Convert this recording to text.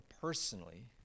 personally